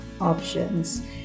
options